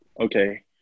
okay